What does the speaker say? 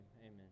Amen